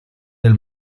del